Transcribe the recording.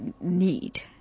need